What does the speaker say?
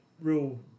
real